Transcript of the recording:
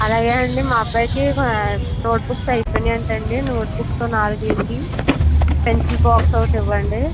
అలాగే అండి మా అబ్బాయికి నోట్ బుక్స్ అయిపోయాయిటండి నోట్ బుక్సో నాలుగు ఇవ్వండి పెన్సిల్ బాక్స్ ఒకటి ఇవ్వండి